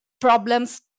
problems